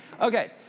okay